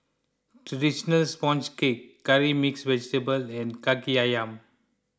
Traditional Sponge Cake Curry Mixed Vegetable and Kaki Ayam